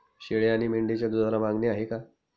शेळी आणि मेंढीच्या दूधाला मागणी आहे का?